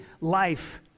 life